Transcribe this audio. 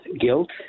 Guilt